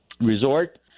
resort